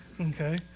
Okay